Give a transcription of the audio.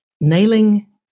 nailing